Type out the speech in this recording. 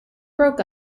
broke